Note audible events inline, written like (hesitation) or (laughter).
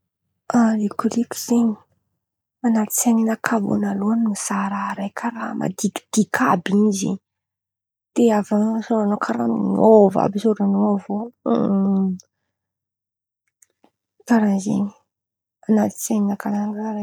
Rikoriko zen̈y, anaty sain̈akà vônaloan̈y mizaha raha raiky karàha madikidiky àby in̈y zen̈y, de avy eo sôran̈ao karàha miova àby sôran̈ao avy eo (hesitation) karàha zen̈y an̈aty sain̈akà karàha in̈y oe.